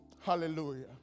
Hallelujah